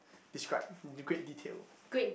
describe in great detail